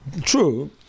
true